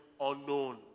unknown